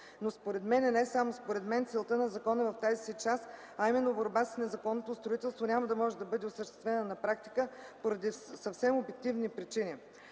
Но според мен, а не само според мен, целта на закона в тази му част, а именно борба с незаконното строителство, няма да може да бъде осъществена на практика поради съвсем обективни причини.